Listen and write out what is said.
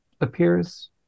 appears